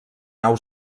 nau